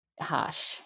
harsh